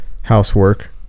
housework